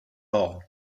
hall